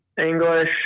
English